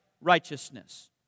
righteousness